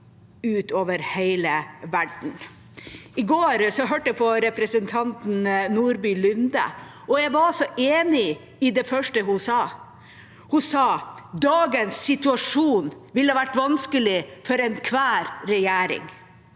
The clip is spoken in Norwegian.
I går hørte jeg på representanten Nordby Lunde, og jeg var så enig i det første hun sa. Hun sa at dagens situasjon ville vært vanskelig for enhver regjering.